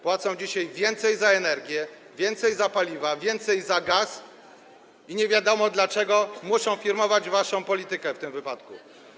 Płacą dzisiaj więcej za energię, więcej za paliwa, więcej za gaz i nie wiadomo dlaczego muszą firmować waszą politykę w tym wypadku.